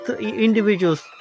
individuals